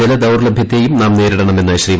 ജലദൌർലഭ്യത്തെയും നാം നേരിടണമെന്ന് ശ്രീ